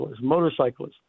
motorcyclists